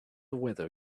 weather